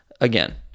again